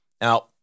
Now